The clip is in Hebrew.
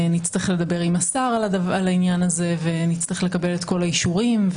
נצטרך לדבר עם השר על העניין הזה ולקבל את כל האישורים.